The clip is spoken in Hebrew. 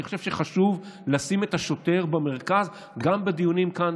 אני חושב שחשוב לשים את השוטר במרכז גם בדיונים כאן,